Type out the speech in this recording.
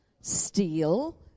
Steal